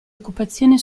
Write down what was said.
occupazione